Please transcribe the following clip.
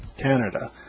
Canada